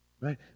Right